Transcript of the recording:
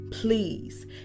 Please